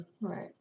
right